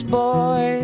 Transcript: boy